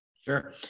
Sure